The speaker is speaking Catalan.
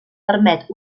permet